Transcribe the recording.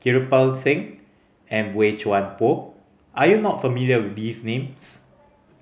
Kirpal Singh and Boey Chuan Poh are you not familiar with these names